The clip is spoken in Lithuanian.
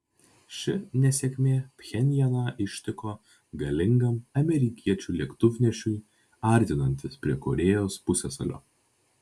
ši nesėkmė pchenjaną ištiko galingam amerikiečių lėktuvnešiui artinantis prie korėjos pusiasalio